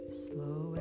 slow